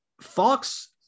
Fox